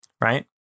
Right